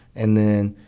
and then,